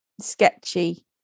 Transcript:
sketchy